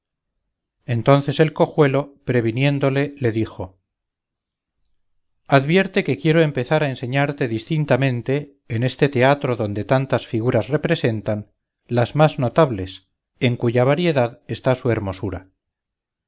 entonces el cojuelo previniéndole le dijo advierte que quiero empezar a enseñarte distintamente en este teatro donde tantas figuras representan las más notables en cuya variedad está su hermosura